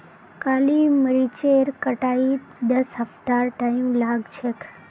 काली मरीचेर कटाईत दस हफ्तार टाइम लाग छेक